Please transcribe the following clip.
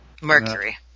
Mercury